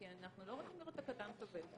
כי אנחנו לא רוצים לראות את הקטן סובל.